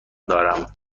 دارم